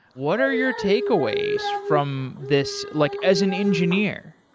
what are your takeaways from this like as an engineer?